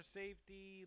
safety